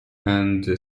and